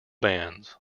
bands